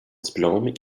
diplôme